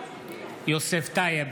יוסף טייב,